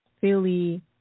Philly